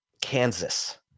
kansas